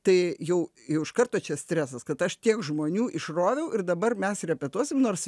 tai jau jau iš karto čia stresas kad aš tiek žmonių išroviau ir dabar mes repetuosim nors